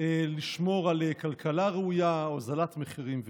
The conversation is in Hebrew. לשמור על כלכלה ראויה, הוזלת מחירים ועוד.